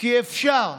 כי אפשר,